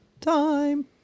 time